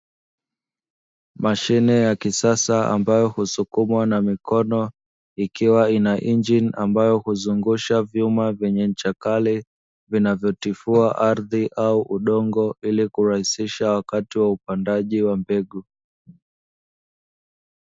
Mashine ya kisasa ambayo husukumwa kwa mikono ikiwa na injini ambayo huzungusha vyuma vyenye ncha kali, vinavyotifua ardhi au udongo ili kurahisisha upandaji wa mbegu.